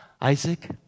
Isaac